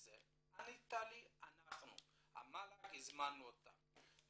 ענית לי אנחנו, המל"ג הזמין אותם.